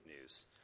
news